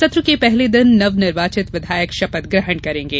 सत्र के पहले दिन नवनिर्वाचित विधायक शपथ ग्रहण करेंगे